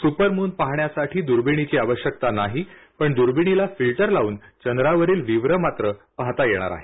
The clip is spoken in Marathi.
सुपरमून पाहण्यासाठी दुर्विणीची आवश्यकता नाही पण दुर्विणीला फिल्टर लावून चंद्रा वरील विवरं पाहता येणार आहेत